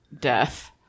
Death